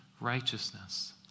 righteousness